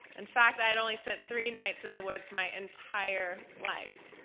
in fact i had only spent three nights in the woods my entire life.